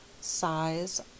size